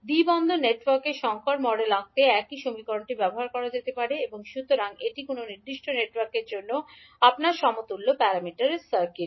দ্বি পোর্ট নেটওয়ার্কের সংকর মডেল আঁকতে একই সমীকরণটি ব্যবহার করা যেতে পারে সুতরাং এটি কোনও নির্দিষ্ট নেটওয়ার্কের জন্য আপনার সমতুল্য প্যারামিটার সার্কিট